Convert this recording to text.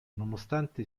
nonostante